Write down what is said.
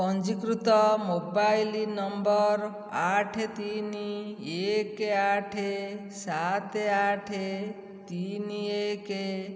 ପଞ୍ଜୀକୃତ mobile number ଆଠ ତିନି ଏକ ଆଠ ସାତ ଆଠ ତିନି ଏକ